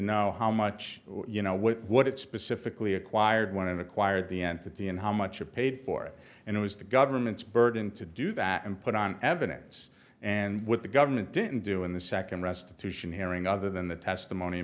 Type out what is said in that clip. know how much you know what it specifically acquired when and acquired the entity and how much of paid for it and it was the government's burden to do that and put on evidence and what the government didn't do in the second restitution hearing other than the testimony